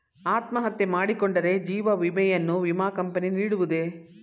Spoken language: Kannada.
ಅತ್ಮಹತ್ಯೆ ಮಾಡಿಕೊಂಡರೆ ಜೀವ ವಿಮೆಯನ್ನು ವಿಮಾ ಕಂಪನಿ ನೀಡುವುದೇ?